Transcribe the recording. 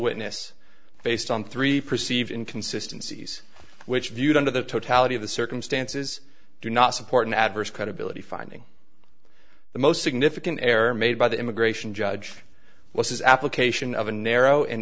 witness based on three perceived in consistencies which viewed under the totality of the circumstances do not support an adverse credibility finding the most significant error made by the immigration judge was his application of a narrow and